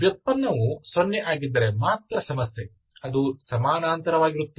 ವ್ಯುತ್ಪನ್ನವು ಸೊನ್ನೆ ಆಗಿದ್ದರೆ ಮಾತ್ರ ಸಮಸ್ಯೆ ಅದು ಸಮಾನಾಂತರವಾಗಿರುತ್ತದೆ